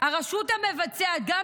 שהרשות המבצעת,